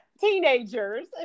teenagers